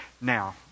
Now